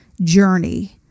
journey